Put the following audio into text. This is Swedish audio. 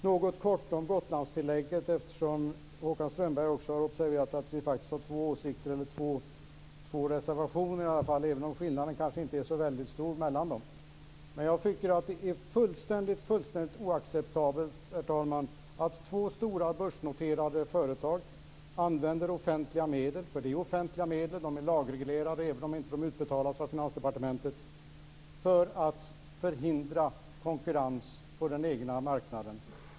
Strömberg har observerat att vi har två åsikter, dvs. två reservationer - även om det inte är så stor skillnad mellan dem. Jag tycker att det är fullständigt oacceptabelt, herr talman, att två stora börsnoterade företag använder offentliga medel - det är offentliga medel, dvs. lagreglerade även om de inte utbetalas av Finansdepartementet - för att förhindra konkurrens på den egna marknaden.